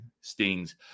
stings